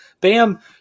Bam